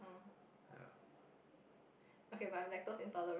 ya